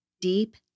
deep